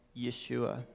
Yeshua